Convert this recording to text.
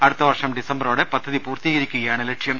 അടുത്തവർഷം ഡിസംബറോടെ പദ്ധതി പൂർത്തീകരി ക്കുകയാണ് ലക്ഷ്യം